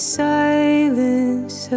silence